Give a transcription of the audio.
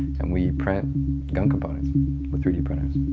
and we print gun components with three d printers.